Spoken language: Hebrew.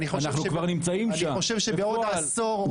אני חושב שבעוד עשור --- אנחנו כבר נמצאים שם.